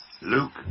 Luke